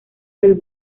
del